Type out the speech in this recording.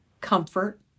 comfort